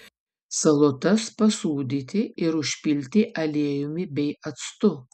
salotas pasūdyti ir užpilti aliejumi bei actu